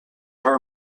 her